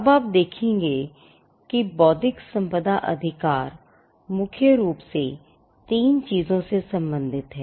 अब आप देखेंगे कि बौद्धिक संपदा अधिकार मुख्य रूप से तीन चीजों से संबंधित है